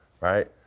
right